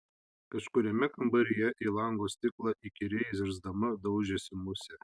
kažkuriame kambaryje į lango stiklą įkyriai zirzdama daužėsi musė